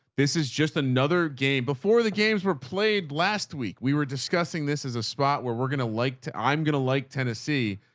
this is just another game before the games were played. last week, we were discussing this as a spot where we're going to like to i'm going to like tennessee,